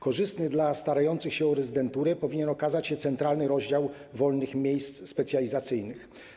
Korzystny dla starających się o rezydenturę powinien okazać się centralny rozdział wolnych miejsc specjalizacyjnych.